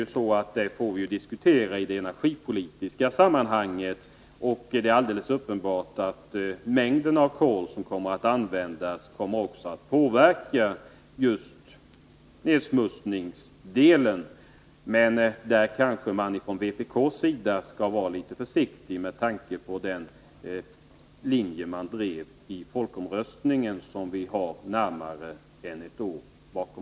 Kolsidan får vi diskutera i det energipolitiska sammanhanget. Det är alldeles uppenbart att mängden kol som kommer att användas också påverkar nedsmutsningsgraden. Men i det sammanhanget skall man kanske från vpk vara litet försiktig med tanke på den linje man drev i folkomröstningen för mindre än ett år sedan.